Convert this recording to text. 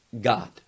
God